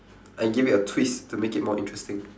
and give it a twist to make it more interesting